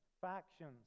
factions